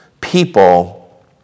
people